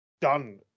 done